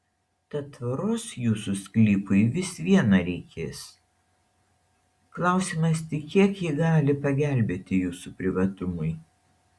tad tvoros jūsų sklypui vis viena reikės klausimas tik kiek ji gali pagelbėti jūsų privatumui